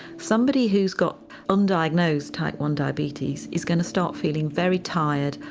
somebody who's got undiagnosed type one diabetes is going to start feeling very tired,